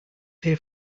pay